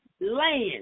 land